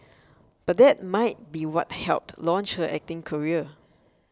but that might be what helped launch her acting career